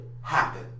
happen